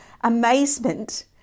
amazement